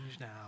now